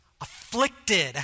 afflicted